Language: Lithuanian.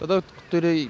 tada turi